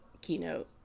keynote